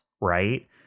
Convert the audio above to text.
right